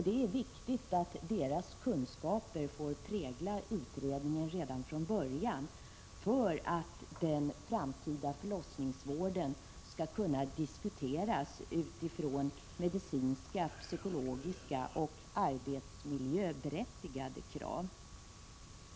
Det är viktigt att barnmorskornas kunskaper får prägla utredningen redan från början för att den framtida förlossningsvården skall kunna diskuteras från medicinska, psykologiska och arbetsmiljöberättigade krav.